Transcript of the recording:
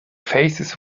faces